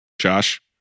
Josh